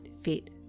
fit